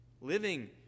Living